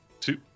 Two